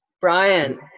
brian